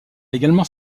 également